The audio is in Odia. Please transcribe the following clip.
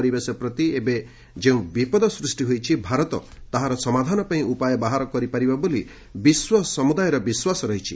ପରିବେଶ ପ୍ରତି ଏବେ ଯେଉଁ ବିପଦ ସୃଷ୍ଟି ହୋଇଛି ଭାରତ ତାହାର ସମାଧାନ ପାଇଁ ଉପାୟ ବାହାର କରିପାରିବ ବୋଲି ବିଶ୍ୱ ସମୁଦାୟର ବିଶ୍ୱାସ ରହିଛି